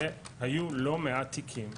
היו לא מעט תיקים,